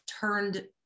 turned